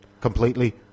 completely